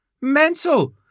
mental